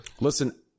Listen